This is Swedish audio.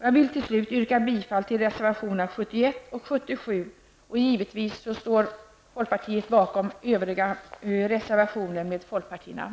Jag vill yrka bifall till reservationerna 71 och 75. Givetvis står folkpartiet bakom övriga reservationer med folkpartinamn.